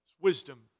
wisdom